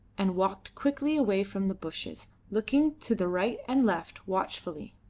and walked quickly away from the bushes, looking to the right and left watchfully.